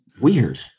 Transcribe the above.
Weird